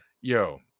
Yo